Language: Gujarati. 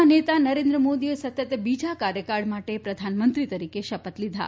ના નેતા નરેન્દ્ર મોદીએ સતત બીજા કાર્યકાળ માટે પ્રધાનમંત્રી તરીકે શપથ લીધા